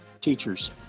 teachers